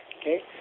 okay